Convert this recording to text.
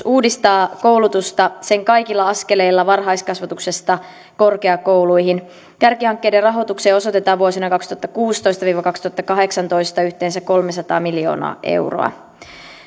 uudistaa koulutusta sen kaikilla askeleilla varhaiskasvatuksesta korkeakouluihin kärkihankkeiden rahoitukseen osoitetaan vuosina kaksituhattakuusitoista viiva kaksituhattakahdeksantoista yhteensä kolmesataa miljoonaa euroa